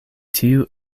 tiu